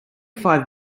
five